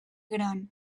gran